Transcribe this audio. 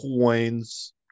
coins